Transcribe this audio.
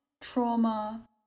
trauma